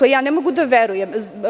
Ne mogu da verujem.